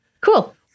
Cool